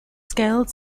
scaled